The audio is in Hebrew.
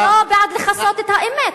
אני לא בעד לכסות את האמת.